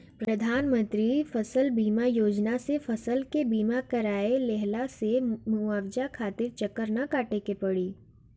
प्रधानमंत्री फसल बीमा योजना से फसल के बीमा कराए लेहला से मुआवजा खातिर चक्कर ना काटे के पड़ी